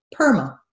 PERMA